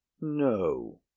no